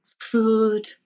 food